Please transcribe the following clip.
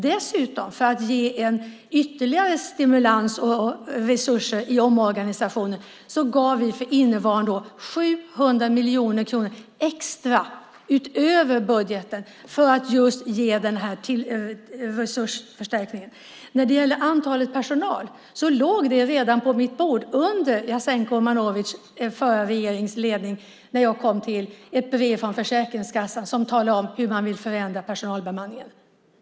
Dessutom gav vi för att ge ytterligare stimulans och resursförstärkning i omorganisationen 700 miljoner kronor extra för innevarande år utöver budgeten. När det gäller antalet anställda låg redan på mitt bord under Jasenko Omanovics förra regerings ledning när jag tillträdde ett brev från Försäkringskassan där man talade om hur man ville förändra personalbemanningen.